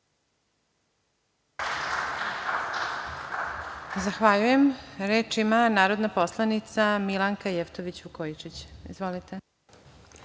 Zahvaljujem. Reč ima narodna poslanica Milanka Jevtović Vukojičić. Izvolite.